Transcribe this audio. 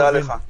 תודה לך.